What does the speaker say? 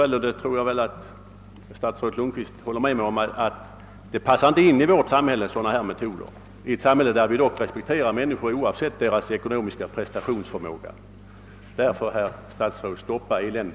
Jag tror att statsrådet Lundkvist håller med mig om att metoder som dessa inte passar in i vårt samhälle, där vi respekterar människor oavsett deras ekonomiska prestationsförmåga. Stoppa därför eländet, herr statsråd!